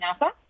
NASA